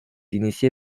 initié